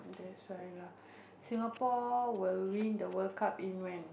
that's why lah Singapore will win the World Cup in when